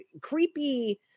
creepy